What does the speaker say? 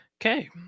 okay